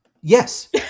Yes